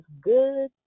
good